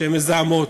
שהן מזהמות.